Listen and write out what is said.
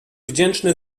wdzięczny